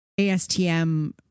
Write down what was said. ASTM